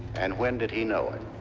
and when did he know it?